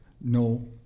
No